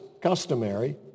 customary